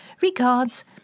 regards